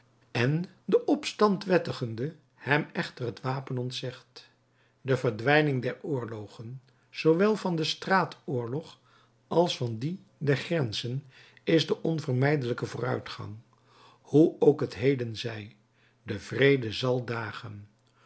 en den opstand wettigende hem echter het wapen ontzegt de verdwijning der oorlogen zoowel van den straatoorlog als van dien der grenzen is de onvermijdelijke vooruitgang hoe ook het heden zij de vrede zal dagen